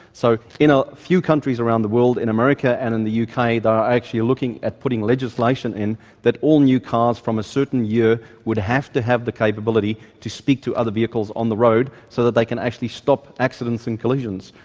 so in a few countries around the world, in america and in the uk they are actually looking at putting legislation in that all new cars from a certain year would have to have the capability to speak to other vehicles on the road so that they can actually stop accidents and collisions,